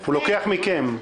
הוא לוקח מכם.